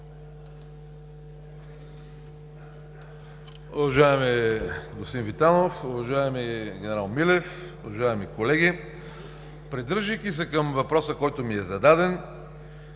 Уважаеми господин Витанов, уважаеми генерал Милев, уважаеми колеги! Придържайки се към въпроса, който ми е зададен,